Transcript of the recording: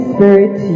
Spirit